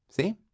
See